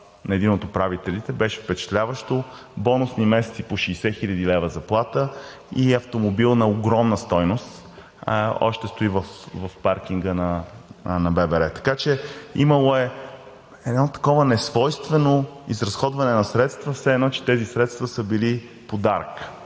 на един от управителите беше впечатляващо. Бонусни месеци по 60 хил. лв. заплата и автомобил на огромна стойност. Още стои в паркинга на ББР. Имало е едно такова несвойствено изразходване на средства, все едно че тези средства са били подарък.